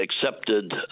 accepted